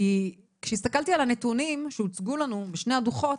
כי כשהסתכלתי על הנתונים שהוצגו לנו משני הדוחות,